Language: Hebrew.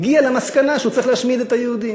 הגיע למסקנה שהוא צריך להשמיד את היהודים,